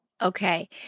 Okay